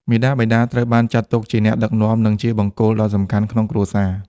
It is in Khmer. មាតាបិតាត្រូវបានចាត់ទុកជាអ្នកដឹកនាំ និងជាបង្គោលដ៏សំខាន់ក្នុងគ្រួសារ។